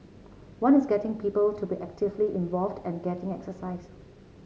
one is getting people to be actively involved and getting exercise